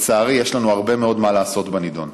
ולצערי, יש לנו עוד הרבה מאוד מה לעשות בנדון.